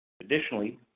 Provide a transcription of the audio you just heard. Additionally